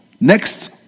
next